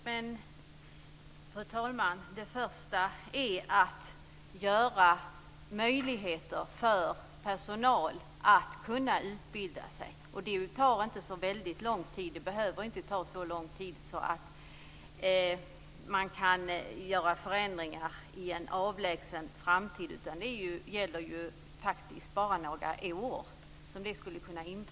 Fru talman! Först ska vi skapa möjligheter för personalen att utbilda sig. Det behöver inte ta så väldigt lång tid. Man behöver inte göra förändringar i en avlägsen framtid, utan de skulle faktiskt kunna göras om bara om några år.